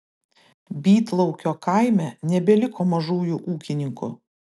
bytlaukio kaime nebeliko mažųjų ūkininkų